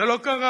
זה לא קרה.